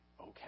okay